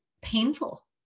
painful